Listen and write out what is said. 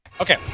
okay